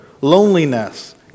loneliness